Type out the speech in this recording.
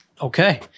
okay